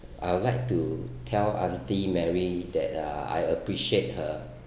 I would like to tell auntie mary that uh I appreciate her